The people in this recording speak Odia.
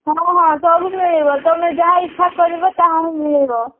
ହଁ ହଁ ସବୁ ମିଳିବ ତୁମେ ଯାହା ଇଚ୍ଛା କରିବ ତାହା ହିଁ ମିଳିବ